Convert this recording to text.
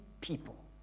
people